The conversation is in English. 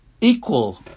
Equal